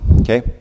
okay